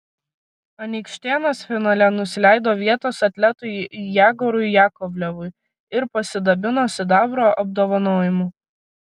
anykštėnas finale nusileido vietos atletui jegorui jakovlevui ir pasidabino sidabro apdovanojimu